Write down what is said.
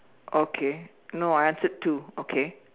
okay no I answered two okay